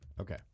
Okay